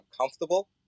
comfortable